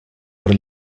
per